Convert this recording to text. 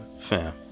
Fam